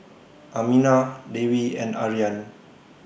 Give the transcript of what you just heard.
Aminah Dewi and Aryan